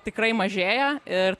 tikrai mažėja ir